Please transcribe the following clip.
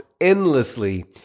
endlessly